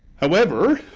however,